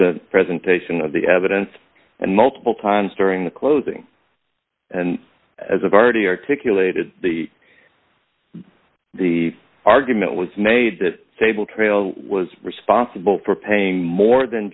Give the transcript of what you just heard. the presentation of the evidence and multiple times during the closing and as i've already articulated the the argument was made that sable trailer was responsible for paying more than